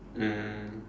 um